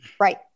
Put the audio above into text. Right